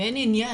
אין עניין.